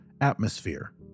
atmosphere